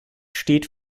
steht